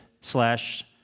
slash